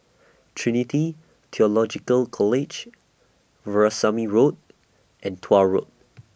Trinity Theological College Veerasamy Road and Tuah Road